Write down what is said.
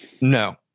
No